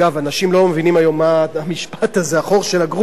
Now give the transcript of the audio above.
אנשים לא מבינים היום מה המשפט הזה: החור של הגרוש,